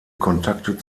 kontakte